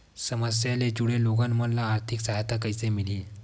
समस्या ले जुड़े लोगन मन ल आर्थिक सहायता कइसे मिलही?